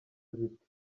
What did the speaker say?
ziti